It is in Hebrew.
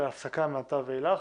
אלא הפסקה מעתה ואילך.